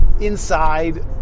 inside